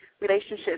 relationship